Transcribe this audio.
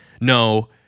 no